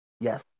Yes